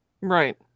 Right